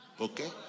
Okay